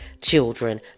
Children